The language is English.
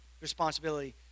responsibility